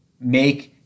make